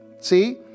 See